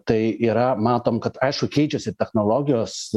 tai yra matom kad aišku keičiasi technologijos